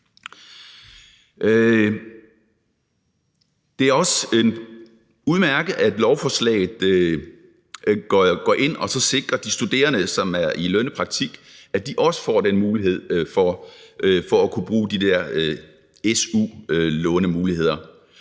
Det er også udmærket, at det med lovforslaget sikres, at de studerende, som er i lønnet praktik, også får den mulighed for at kunne bruge de su-lånemuligheder.